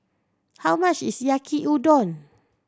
how much is Yaki Udon